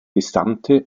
gesamte